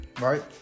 right